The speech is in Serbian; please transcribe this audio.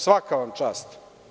Svaka vam čast.